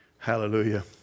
Hallelujah